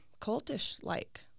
cultish-like